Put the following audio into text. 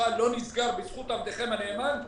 המפעל לא נסגר בזכות עבדכם הנאמן.